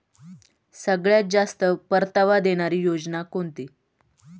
सगळ्यात जास्त परतावा देणारी योजना कोणती?